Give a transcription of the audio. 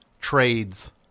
trades